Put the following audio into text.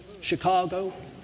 Chicago